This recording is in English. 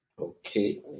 Okay